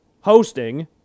hosting